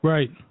Right